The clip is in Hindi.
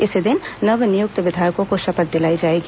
इसी दिन नव नियुक्त विधायकों को शपथ दिलाई जाएगी